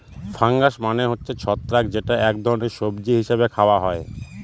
fungus মানে হচ্ছে ছত্রাক যেটা এক ধরনের সবজি হিসেবে খাওয়া হয়